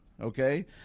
okay